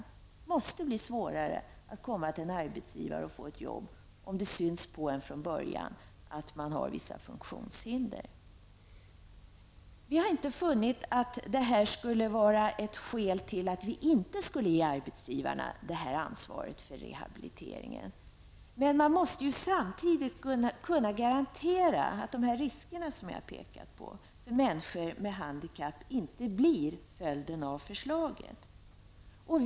Det måste vara svårare att få ett arbete hos en arbetsgivare om det från början syns på en att man har vissa funktionshinder. Vi har inte funnit att detta skulle vara skäl för att inte ge arbetsgivarna ansvar för rehabiliteringen, men man måste samtidigt kunna garantera att förslaget inte ger upphov till de risker som jag här har pekat på för människor med handikapp.